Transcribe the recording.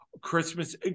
Christmas